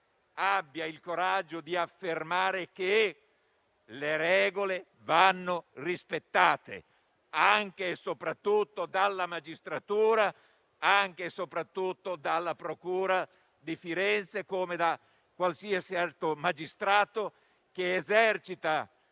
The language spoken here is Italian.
abbia il coraggio di affermare che le regole vanno rispettate, anche e soprattutto dalla magistratura, anche e soprattutto dalla procura di Firenze come da qualsiasi altro magistrato che, esercitando